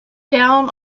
down